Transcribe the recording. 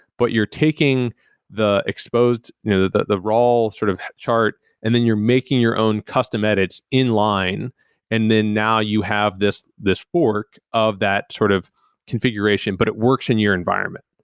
but you're taking the exposed you know the the raw sort of chart and then you're making your own custom edits in line and then now you have this this fork of that sort of configuration, but it works in your environment.